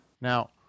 now